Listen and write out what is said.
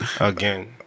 Again